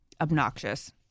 obnoxious